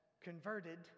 converted